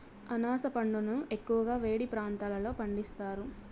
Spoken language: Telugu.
అనాస పండును ఎక్కువగా వేడి ప్రాంతాలలో పండిస్తారు